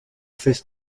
fest